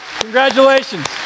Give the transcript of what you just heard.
Congratulations